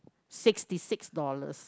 sixty six dollars